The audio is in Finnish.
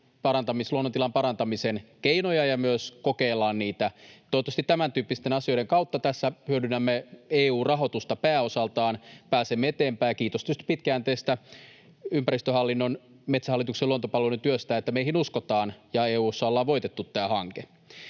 luonnon tilan parantamisen keinoja ja myös kokeillaan niitä. Toivottavasti tämäntyyppisten asioiden kautta — tässä hyödynnämme EU-rahoitusta pääosaltaan — pääsemme eteenpäin. Ja kiitos tietysti pitkäjänteisestä ympäristöhallinnon, Metsähallituksen luontopalvelujen työstä, että meihin uskotaan ja EU:ssa on voitettu tämä hanke.